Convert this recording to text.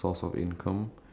eh